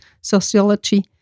sociology